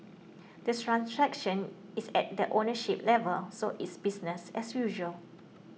the transaction is at the ownership level so it's business as usual